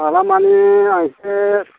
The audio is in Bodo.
हाला मानि आं एसे